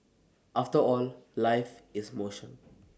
after all life is motion